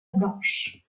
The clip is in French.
blanche